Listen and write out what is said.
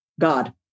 God